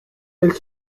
elle